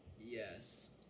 Yes